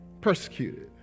persecuted